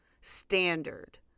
standard